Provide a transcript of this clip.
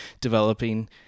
developing